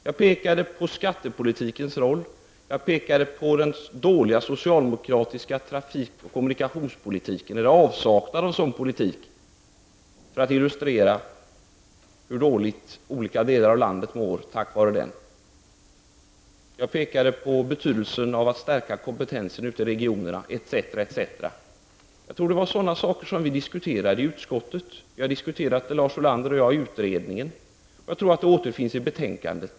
Jag pekade på skattepolitikens roll och på den dåliga socialdemokratiska trafikoch kommunikationspolitiken — eller avsaknaden av en sådan politik — för att illustrera hur dåligt olika delar av landet mår tack vare detta. Jag pekade på betydelsen av att stärka kompetensen ute i regionerna, etc. Det var sådana frågor som vi diskuterade i utskottet. Lars Ulander och jag diskuterade dem i utredningen, och jag tror att de återfinns i betänkandet.